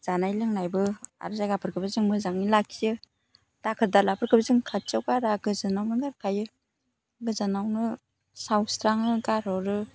जानाय लोंनायबो आरो जायगाफोरखौबो जों मोजाङै लाखियो दाखोर दालाफोरखौ जों खाथियाव गारा गोजानावनो गारखायो गोजानावनो सावस्राङो गारहरो